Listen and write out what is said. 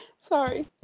Sorry